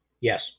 Yes